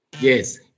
Yes